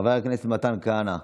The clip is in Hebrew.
חבר הכנסת מתן כהנא,